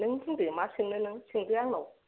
नों बुंदो मा सोंनो नों सोंदो आंनाव